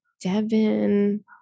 Devin